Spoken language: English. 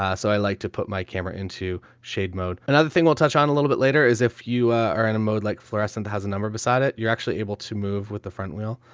ah so i like to put my camera into shade mode. another thing we'll touch on a little bit later is if you are in a mode like fluorescent that has a number beside it, you're actually able to move with the front wheel,